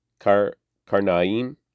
Karnaim